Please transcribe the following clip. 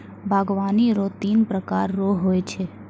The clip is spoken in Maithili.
बागवानी रो तीन प्रकार रो हो छै